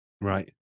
right